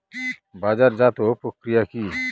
বাজারজাতও প্রক্রিয়া কি?